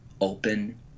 open